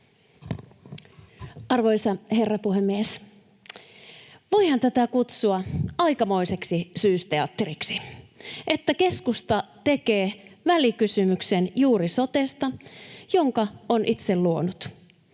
Arvoisa herra puhemies! Voihan tätä kutsua aikamoiseksi syysteatteriksi, että keskusta tekee välikysymyksen juuri sotesta, jonka on itse luonut.